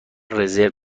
رزرو